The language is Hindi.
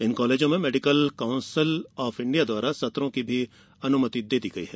इन कॉलेजों में मेडिकल काउंसिल ऑफ इण्डिया द्वारा सत्रों की भी अनुमति दे दी गई है